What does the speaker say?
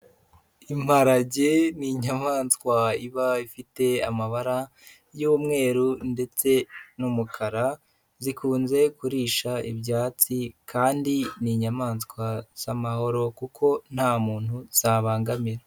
Imparage ni inyamaswa iba ifite amabara y'umweru ndetse n'umukara, zikunze kurisha ibyatsi kandi ni inyamaswa z'amahoro kuko nta muntu zabangamira.